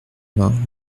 vingt